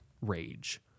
rage